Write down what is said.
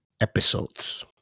episodes